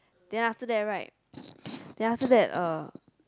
then after that right then after that uh